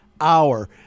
hour